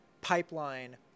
pipeline